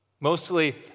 Mostly